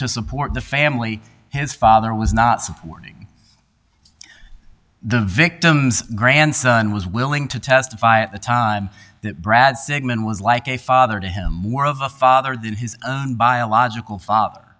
to support the family his father was not supporting the victims grandson was willing to testify at the time that brad sigman was like a father to him more of a father than his biological father